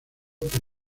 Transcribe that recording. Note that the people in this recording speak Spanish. por